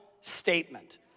statement